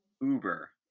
Uber